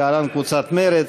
להלן: קבוצת סיעת מרצ,